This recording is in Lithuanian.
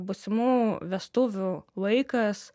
būsimų vestuvių laikas